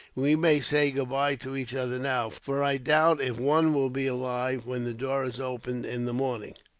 we may say goodbye to each other now, for i doubt if one will be alive, when the door is opened in the morning.